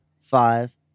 five